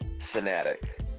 fanatic